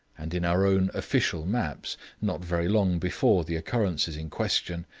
and in our own official maps, not very long before the occurrences in question,